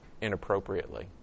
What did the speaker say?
inappropriately